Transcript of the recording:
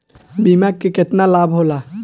बीमा के केतना लाभ होला?